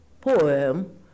poem